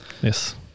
Yes